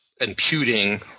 imputing